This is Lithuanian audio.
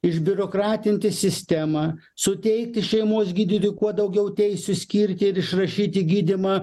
išbiurokratinti sistemą suteikti šeimos gydytojui kuo daugiau teisių skirti ir išrašyti gydymą